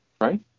Right